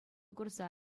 курса